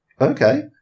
Okay